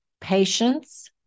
patience